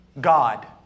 God